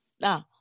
Now